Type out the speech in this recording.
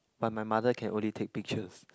but my mother can only take pictures